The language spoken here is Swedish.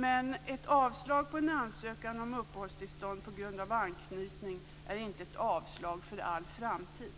Men ett avslag på en ansökan om uppehållstillstånd på grund av anknytning är inte ett avslag för all framtid.